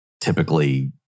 typically